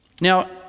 Now